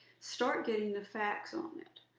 start getting the facts on it.